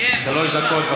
שלוש דקות.